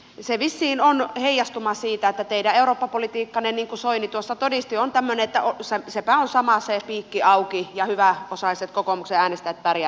se vissiin on heijastuma siitä että teidän eurooppa politiikkanne niin kuin soini tuossa todisti on tämmöinen että sepä on sama se piikki auki ja hyväosaiset kokoomuksen äänestäjät pärjäävät joka tapauksessa